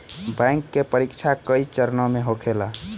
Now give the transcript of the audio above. bank के परीक्षा कई चरणों में होखेला